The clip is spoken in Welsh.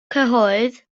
cyhoedd